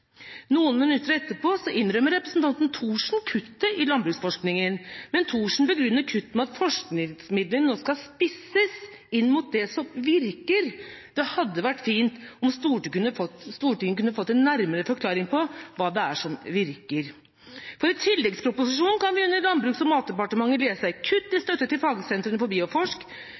Noen minutter etterpå innrømmet representanten Thorsen kuttet til landbruksforskningen, men Thorsen begrunnet kuttet med at forskningsmidlene nå skal spisses inn mot det som virker. Det hadde vært fint om Stortinget kunne fått en nærmere forklaring på hva det er som virker. I tilleggsproposisjonen kan vi under Landbruks- og matdepartementet lese om kutt i støtte til fagsentrene for Bioforsk,